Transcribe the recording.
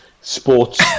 sports